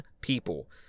people